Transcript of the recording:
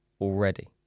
already